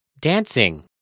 Dancing